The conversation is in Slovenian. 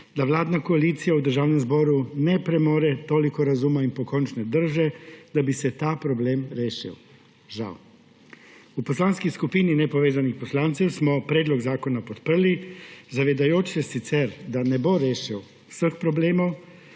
da vladna koalicija v Državnem zboru ne premore toliko razuma in pokončne drže, da bi se ta problem rešil. Žal. V Poslanski skupini nepovezanih poslancev smo predlog zakona podprli, zavedajoč se sicer, da ne bo rešil vseh problemov,